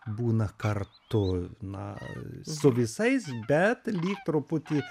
būna kartu na su visais bet lyg truputį